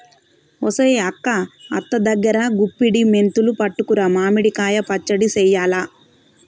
ఒసెయ్ అక్క అత్త దగ్గరా గుప్పుడి మెంతులు పట్టుకురా మామిడి కాయ పచ్చడి సెయ్యాల